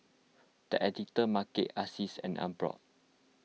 the Editor's Market Asics and Emborg